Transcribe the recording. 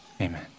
amen